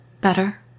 Better